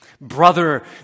Brother